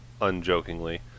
unjokingly